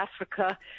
Africa